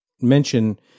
mention